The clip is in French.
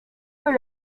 deux